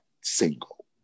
single